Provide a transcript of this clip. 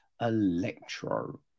Electro